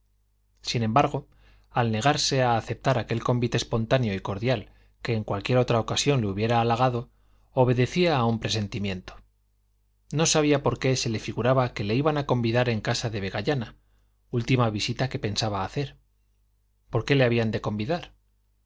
sin embargo al negarse a aceptar aquel convite espontáneo y cordial que en cualquier otra ocasión le hubiera halagado obedecía a un presentimiento no sabía por qué se le figuraba que le iban a convidar en casa de vegallana última visita que pensaba hacer por qué le habían de convidar